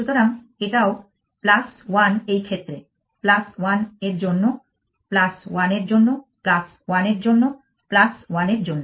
সুতরাং এটাও 1 এই ক্ষেত্রে 1 এর জন্য 1 এর জন্য 1 এর জন্য 1 এর জন্য